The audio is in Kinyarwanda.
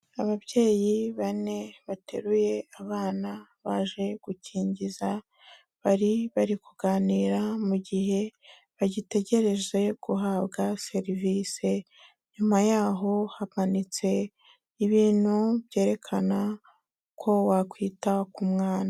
Ababyeyi bane bateruye abana baje gukingiza, bari bari kuganira mu gihe bagitegereje guhabwa serivisi, nyuma yaho hamanitse ibintu byerekana uko wakwita ku mwana.